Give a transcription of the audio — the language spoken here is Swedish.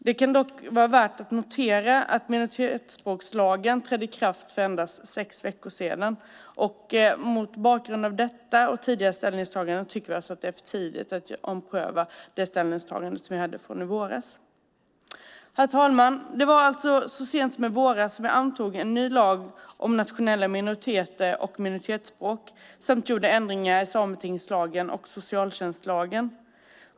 Det kan dock vara värt att notera att minoritetsspråkslagen trädde i kraft för endast sex veckor sedan, och mot bakgrund av detta och tidigare ställningstaganden tycker vi att det är för tidigt att ompröva ställningstagandet från i våras. Herr talman! Det var alltså så sent som i våras som vi antog en ny lag om nationella minoriteter och minoritetsspråk samt gjorde ändringar i sametingslagen och socialtjänstlagen.